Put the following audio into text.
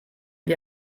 wir